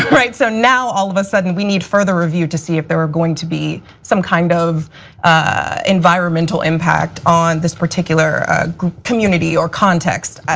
so, now all of a sudden we need further review to see if there are going to be some kind of environmental impact on this particular community, or context.